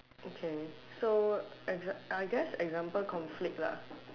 okay so I g~ I guess example conflict lah